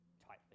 tightly